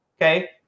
okay